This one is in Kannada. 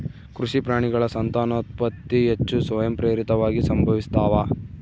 ಕೃಷಿ ಪ್ರಾಣಿಗಳ ಸಂತಾನೋತ್ಪತ್ತಿ ಹೆಚ್ಚು ಸ್ವಯಂಪ್ರೇರಿತವಾಗಿ ಸಂಭವಿಸ್ತಾವ